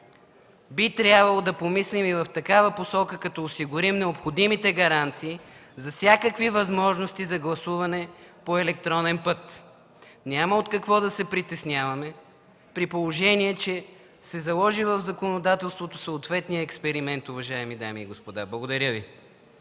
би трябвало да помислим и в такава посока, като осигурим необходимите гаранции за всякакви възможности за гласуване по електронен път. Няма от какво да се притесняваме, при положение че се заложи в законодателството съответният експеримент, уважаеми дами и господа. Благодаря Ви.